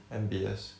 M_B_S